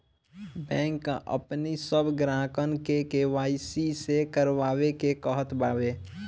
bank अपनी सब ग्राहकन के के.वाई.सी करवावे के कहत बाने